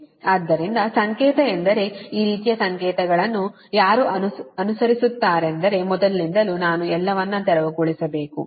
ಆದ್ದರಿಂದ ಸಂಕೇತ ಎಂದರೆ ಈ ರೀತಿಯ ಸಂಕೇತಗಳನ್ನು ಯಾರು ಅನುಸರಿಸುತ್ತಾರೆಂದರೆ ಮೊದಲಿನಿಂದಲೂ ನಾನು ಎಲ್ಲವನ್ನೂ ತೆರವುಗೊಳಿಸಬೇಕು